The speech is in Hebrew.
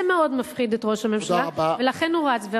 זה מאוד מפחיד את ראש הממשלה, ולכן הוא רץ.